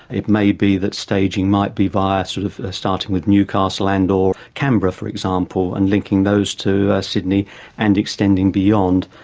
it may be that staging might be via sort of starting with newcastle and or canberra, for example, and linking those to sydney and extending beyond.